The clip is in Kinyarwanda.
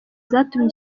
zatumye